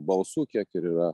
balsų kiek ir yra